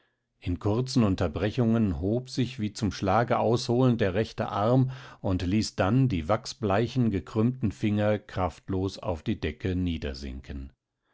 in kurzen unterbrechungen hob sich wie zum schlage ausholend der rechte arm und ließ dann die wachsbleichen gekrümmten finger kraftlos auf die decke